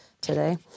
today